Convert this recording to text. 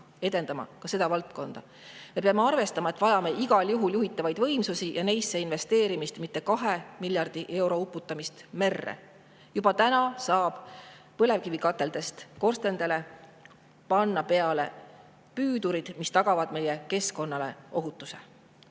edendama ka seda valdkonda. Me peame arvestama, et vajame igal juhul juhitavaid võimsusi ja neisse investeerimist, mitte 2 miljardi euro uputamist merre. Juba täna saab põlevkivikateldest korstendele panna peale püüdurid, mis tagavad keskkonnaohutuse.